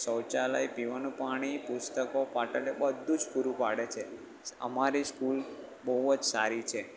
શૌચાલય પીવાનું પાણી પુસ્તકો પાટલીઓ બધું જ પૂરું પાડે છે અમારી સ્કૂલ બહુ જ સારી છે